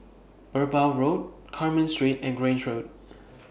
Merbau Road Carmen Street and Grange Road